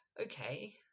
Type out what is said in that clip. Okay